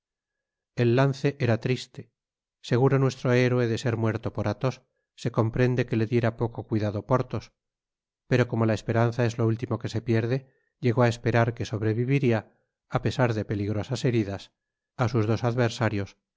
el lance era triste seguro nuestro héroe de ser muerto por athos se comprende que le diera poco cuidado porthos pero como la esperanza es lo último que se pierde llegó á esperar que sobreviviría apesar de peligrosas heridas á sus dos adversarios